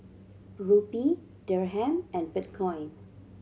Rupee Dirham and Bitcoin